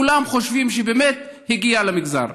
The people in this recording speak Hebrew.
כולם חושבים שבאמת הגיע למגזר.